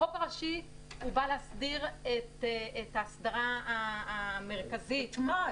החוק הראשי בא להסדיר את האסדרה המרכזית -- את מה?